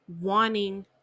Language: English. wanting